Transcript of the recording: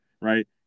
right